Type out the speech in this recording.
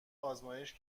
آزمایش